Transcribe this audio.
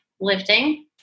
lifting